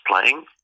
playing